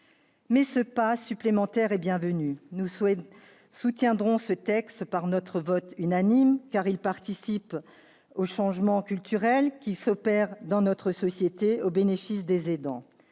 pas en avant supplémentaire est bienvenu. Nous soutiendrons ce texte par notre vote unanime, car il participe du changement culturel qui s'opère dans notre société au bénéfice des aidants.